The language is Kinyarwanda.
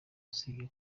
usibye